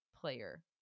Player